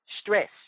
stress